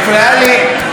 ולכן,